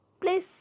please